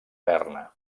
berna